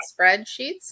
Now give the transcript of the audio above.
spreadsheets